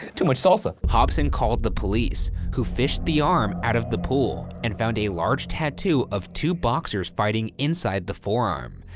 too much salsa. hobson called the police, who fished the arm out of the pool and found a large tattoo of two boxers fighting inside the forearm.